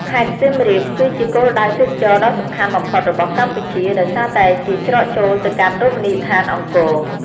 ខេត្តសៀមរាប គឺជាគោលដៅទេសចរណ៍ដ៏សំខាន់បំផុតរបស់កម្ពុជា ដោយសារតែជាច្រកចូលទៅកាន់រមណីយដ្ឋានអង្គរ។